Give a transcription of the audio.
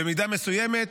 במידה מסוימת